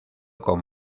con